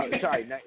sorry